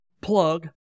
plug